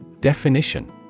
Definition